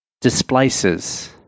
displaces